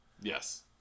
Yes